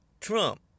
Trump